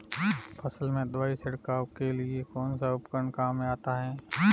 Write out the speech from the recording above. फसल में दवाई छिड़काव के लिए कौनसा उपकरण काम में आता है?